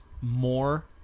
more